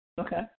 Okay